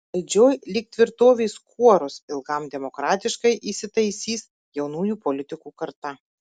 valdžioj lyg tvirtovės kuoruos ilgam demokratiškai įsitaisys jaunųjų politikų karta